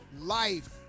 Life